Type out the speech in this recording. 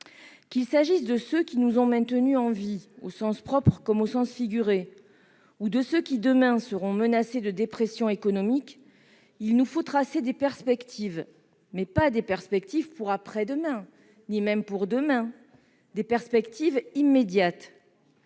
Qu'il s'agisse de ceux qui nous ont maintenus en vie, au sens propre comme au sens figuré, ou de ceux qui, demain, seront menacés de dépression économique, il nous faut tracer des perspectives. Pas des perspectives pour après-demain, ni même pour demain, mais des perspectives immédiates.